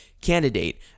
candidate